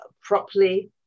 properly